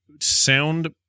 sound